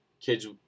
kids